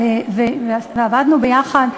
ועבדנו ביחד,